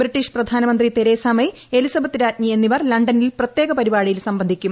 British പ്രധാനമന്ത്രി Theresa മെയ്ക് ് എലിസബത്ത് രാജ്ഞി എന്നിവർ ലണ്ടനിൽ പ്രത്യേക പരിഷ്ടാടിയിൽ സംബന്ധിക്കും